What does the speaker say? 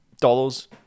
Dollars